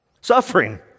Suffering